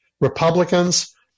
Republicans